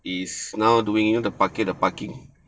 is now doing the parking the parking